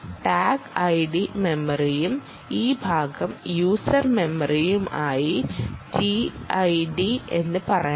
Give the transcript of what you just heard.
tag ID മെമ്മറിയും ഈ ഭാഗം യൂസർ മെമ്മറിയുമായ ടിഐഡി എന്ന് പറയാം